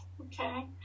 okay